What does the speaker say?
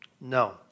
No